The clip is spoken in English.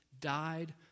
died